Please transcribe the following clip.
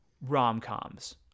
rom-coms